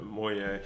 mooie